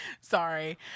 Sorry